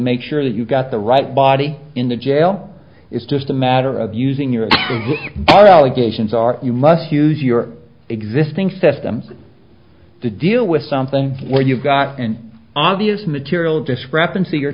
make sure that you've got the right body in the jail it's just a matter of using your are allegations are you must use your existing system to deal with something where you've got an obvious material discrepancy or